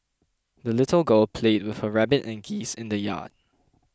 the little girl played with her rabbit and geese in the yard